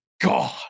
God